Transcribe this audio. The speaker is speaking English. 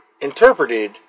interpreted